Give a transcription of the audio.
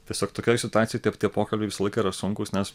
tiesiog tokioj situacijoj tie pokalbiai visą laiką yra sunkūs nes